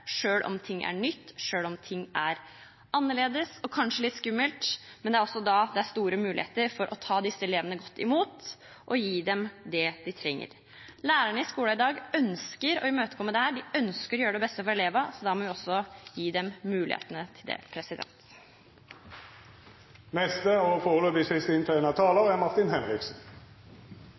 om ting er nytt, selv om ting er annerledes og kanskje litt skummelt, er det også da det er store muligheter for å ta godt imot disse elevene og gi dem det de trenger. Lærerne i skolen i dag ønsker å imøtekomme dette, de ønsker å gjøre det beste for elevene, så da må vi også gi dem mulighetene til det.